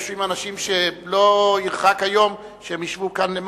יושבים אנשים שלא ירחק היום שהם ישבו כאן למטה.